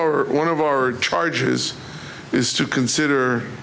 our one of our charges is to consider